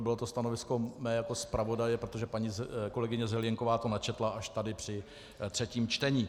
Bylo to stanovisko mé jako zpravodaje, protože paní kolegyně Zelienková to načetla až tady při třetím čtení.